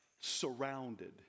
surrounded